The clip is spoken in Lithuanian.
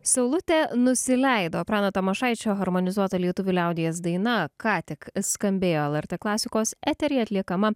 saulutė nusileido prano tamošaičio harmonizuota lietuvių liaudies daina ką tik skambėjo lrt klasikos eteryje atliekama